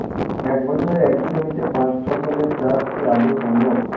এক বছরে একই জমিতে পাঁচ ফসলের চাষ কি আদৌ সম্ভব?